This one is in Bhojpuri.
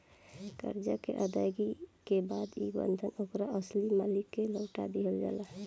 करजा के अदायगी के बाद ई बंधन ओकर असली मालिक के लौटा दिहल जाला